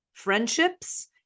friendships